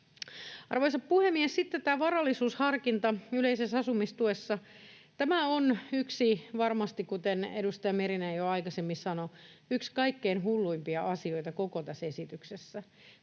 Arvoisa puhemies! Sitten tämä varallisuusharkinta yleisessä asumistuessa: Tämä on varmasti, kuten edustaja Merinen jo aikaisemmin sanoi, yksi kaikkein hulluimpia asioita koko tässä esityksessä.